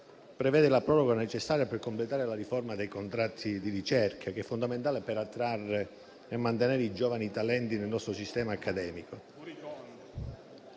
prevede la proroga necessaria per completare la riforma dei contratti di ricerca, che è fondamentale per attrarre e mantenere i giovani talenti nel nostro sistema accademico.